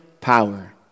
power